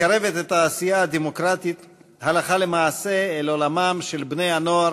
מקרבת את העשייה הדמוקרטית הלכה למעשה אל עולמם של בני-הנוער,